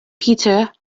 peter